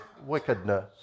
wickedness